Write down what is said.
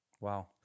Wow